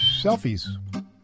selfies